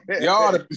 y'all